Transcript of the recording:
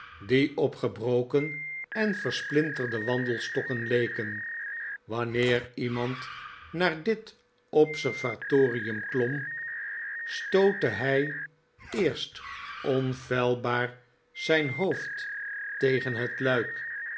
die op gebroken en gesplinterde wandelstokken leken wanneer iemand naar dit observatorium klom stootte hij eerst onfeilbaar zijn hoofd tegen het luik